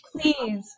Please